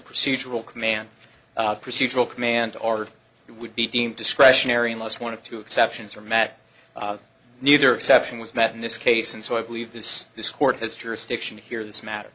procedural command procedural command or it would be deemed discretionary unless one of two exceptions or met neither exception was met in this case and so i believe this this court has jurisdiction here this matter